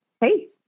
hey